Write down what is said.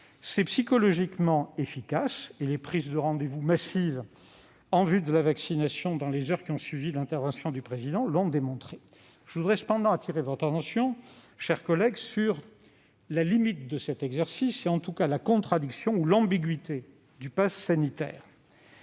vue psychologique, les prises de rendez-vous massives en vue de la vaccination, dans les heures qui ont suivi l'intervention du Président de la République, l'ont démontré. Je voudrais cependant attirer votre attention, mes chers collègues, sur la limite de cet exercice, en tout cas la contradiction ou l'ambiguïté du passe sanitaire